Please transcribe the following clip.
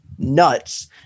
nuts